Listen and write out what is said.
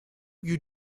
you